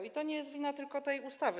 I to nie jest wina tylko tej ustawy.